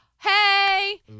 hey